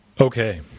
Okay